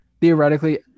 theoretically